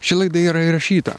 ši laida yra įrašyta